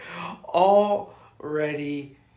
Already